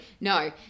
No